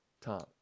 Tom